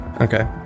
Okay